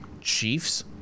Chiefs